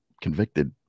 convicted